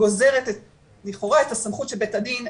גוזרת לכאורה את הסמכות של בית הדין,